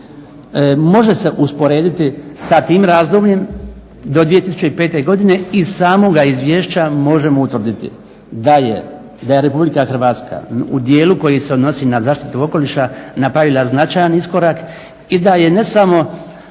može se usporediti sa tim razdobljem do 2005. godine i iz samoga izvješća možemo utvrditi da je RH u dijelu koji se odnosi na zaštitu okoliša napravila značajan iskorak i da je ne samo